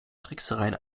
tricksereien